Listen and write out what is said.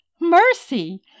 Mercy